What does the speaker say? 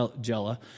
Jella